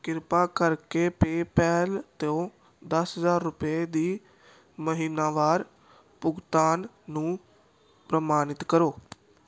ਕਿਰਪਾ ਕਰਕੇ ਪੇਪੈਲ ਤੋਂ ਦਸ ਹਜ਼ਾਰ ਰੁਪਏ ਦੀ ਮਹੀਨਾਵਾਰ ਭੁਗਤਾਨ ਨੂੰ ਪ੍ਰਮਾਨਿਤ ਕਰੋ